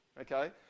Okay